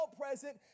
present